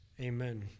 Amen